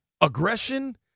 aggression